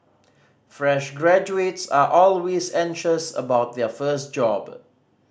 fresh graduates are always anxious about their first job